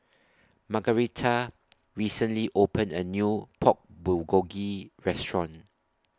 Margaretha recently opened A New Pork Bulgogi Restaurant